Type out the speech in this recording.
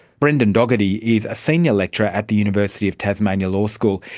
brendan gogarty is a senior lecturer at the university of tasmania law school.